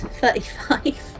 thirty-five